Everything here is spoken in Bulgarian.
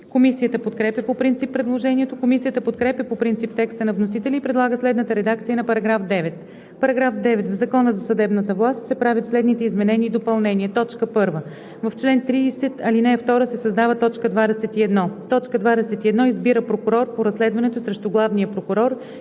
Комисията подкрепя по принцип предложението. Комисията подкрепя по принцип текста на вносителя и предлага следната редакция на § 9: „§ 9. В Закона за съдебната власт (обн., ДВ, бр. …) се правят следните изменения и допълнения: 1. В чл. 30, ал. 2 се създава т. 21: „21. избира прокурор по разследването срещу главния прокурор